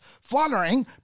fluttering